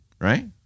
right